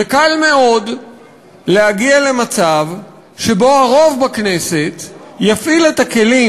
וקל מאוד להגיע למצב שבו הרוב בכנסת יפעיל את הכלים